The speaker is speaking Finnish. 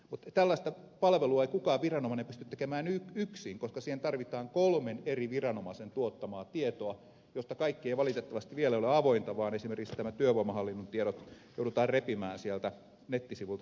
mutta tällaista palvelua ei kukaan viranomainen pysty tekemään yksin koska siihen tarvitaan kolmen eri viranomaisen tuottamaa tietoa josta kaikki ei valitettavasti vielä ole avointa vaan esimerkiksi työvoimahallinnon tiedot joudutaan repimään sieltä nettisivuilta suoraan